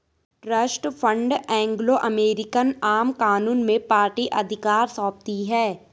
trust fund Anglo American आम कानून में पार्टी अधिकार सौंपती है